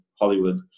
Hollywood